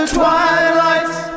twilight's